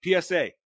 PSA